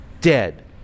dead